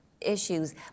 issues